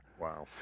Wow